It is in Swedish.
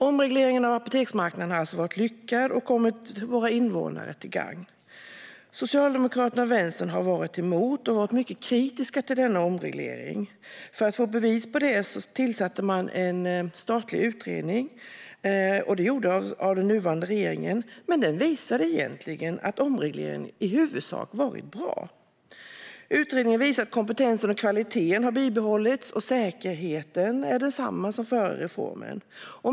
Omregleringen av apoteksmarknaden har alltså varit lyckad och har kommit våra invånare till gagn. Socialdemokraterna och Vänstern har varit motståndare. De har varit mycket kritiska till denna omreglering. För att få bevis för sin sak tillsatte nuvarande regering en statlig utredning. Men denna utredning visade egentligen att omregleringen i huvudsak varit bra. Utredningen visade att kompetensen och kvaliteten har bibehållits och att säkerheten är densamma som före reformen.